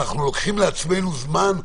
והייתה לזה סיבה.